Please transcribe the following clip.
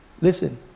listen